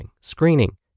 screening